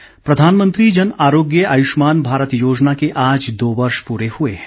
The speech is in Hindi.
आयुष्मान भारत प्रधानमंत्री जन आरोग्य आयुष्मान भारत योजना के आज दो वर्ष पूरे हुए हैं